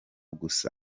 gusa